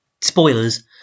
spoilers